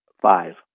five